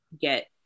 get